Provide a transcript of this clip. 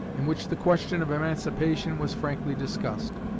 in which the question of emancipation was frankly discussed.